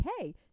hey